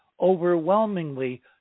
overwhelmingly